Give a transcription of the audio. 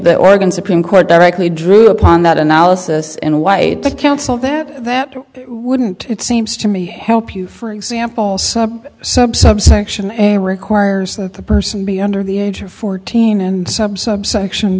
the oregon supreme court directly drew upon that analysis in a way to counsel that that wouldn't it seems to me help you for example sub sub subsection a requires that the person be under the age of fourteen and sub subsection